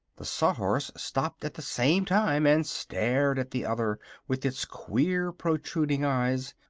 the sawhorse stopped at the same time and stared at the other with its queer protruding eyes,